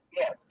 Yes